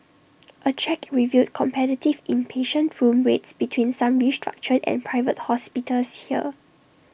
A check revealed competitive inpatient room rates between some restructured and Private Hospitals here